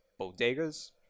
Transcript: Bodegas